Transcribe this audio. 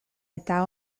eta